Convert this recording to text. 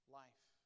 life